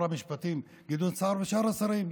המשפטים גדעון סער ושאר השרים,